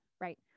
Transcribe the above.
right